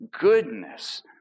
goodness